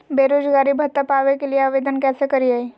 बेरोजगारी भत्ता पावे के लिए आवेदन कैसे करियय?